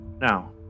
Now